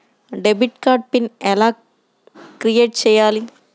Debit card PIN ఎలా create చెయ్యాలి?